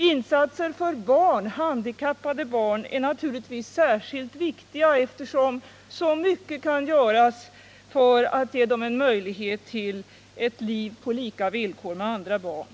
Insatser för handikappade barn är naturligtvis särskilt viktiga, eftersom så mycket kan göras för att ge dem en möjlighet till ett liv på lika villkor som andra barn.